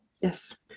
yes